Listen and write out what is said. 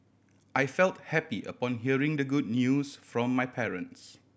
I felt happy upon hearing the good news from my parents